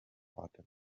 fatima